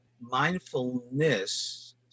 mindfulness